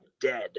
dead